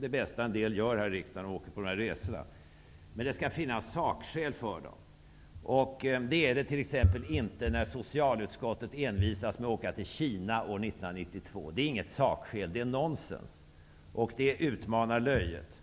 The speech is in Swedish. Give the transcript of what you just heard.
Det bästa en del gör i den här riksdagen är kanske att åka på dessa resor. Men det skall finnas sakskäl för resorna. Det finns det t.ex. inte när socialutskottet år 1992 envisas med att åka till Kina. Det finns inget sakskäl härför. Det är nonsens och utmanar löjet.